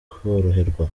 koroherwa